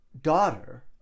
daughter